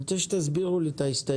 אני רוצה שתסבירו לי שוב את ההסתייגות.